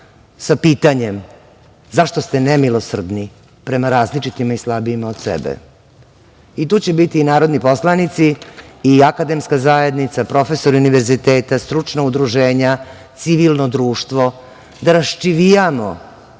sa pitanjem - zašto ste nemilosrdni prema različitima i slabijima od sebe? Tu će biti i narodni poslanici i akademska zajednica, profesori univerziteta, stručna udruženja, civilno društvo, da raščivijamo